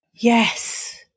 Yes